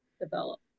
develop